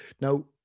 now